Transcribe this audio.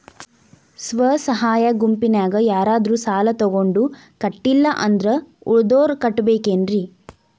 ಸ್ವ ಸಹಾಯ ಗುಂಪಿನ್ಯಾಗ ಯಾರಾದ್ರೂ ಸಾಲ ತಗೊಂಡು ಕಟ್ಟಿಲ್ಲ ಅಂದ್ರ ಉಳದೋರ್ ಕಟ್ಟಬೇಕೇನ್ರಿ?